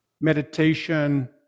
meditation